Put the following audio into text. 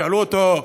שאלו אותו: